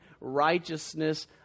righteousness